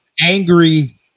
angry